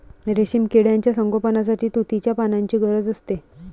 रेशीम किड्यांच्या संगोपनासाठी तुतीच्या पानांची गरज असते